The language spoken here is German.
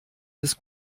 des